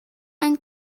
ein